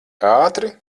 ātri